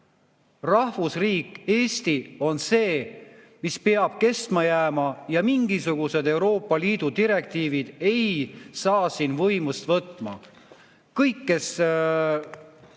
Rahvusriik Eesti on see, mis peab kestma jääma ja mingisugused Euroopa Liidu direktiivid ei saa siin võimust võtta. Kõik, kes